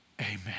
Amen